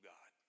God